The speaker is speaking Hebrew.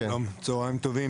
שלום, צוהריים טובים.